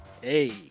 Hey